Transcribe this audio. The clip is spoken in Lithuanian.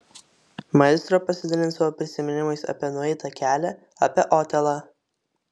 maestro pasidalins savo prisiminimais apie nueitą kelią apie otelą